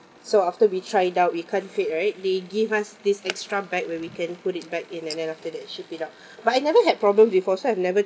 so after we try it out we can't fit right they give us this extra bag where we can put it back in and then after that ship it out but I never had problems before so I've never